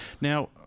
Now